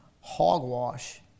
Hogwash